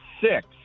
six